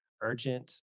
urgent